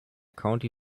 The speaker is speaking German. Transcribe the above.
county